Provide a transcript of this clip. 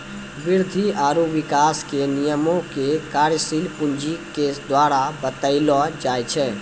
वृद्धि आरु विकास के नियमो के कार्यशील पूंजी के द्वारा बतैलो जाय छै